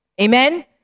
Amen